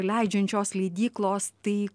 leidžiančios leidyklos tai